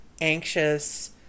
anxious